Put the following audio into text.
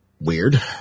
Weird